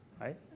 right